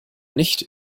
nicht